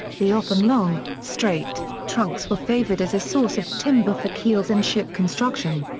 the often long, straight, trunks were favoured as a source of timber for keels in ship construction.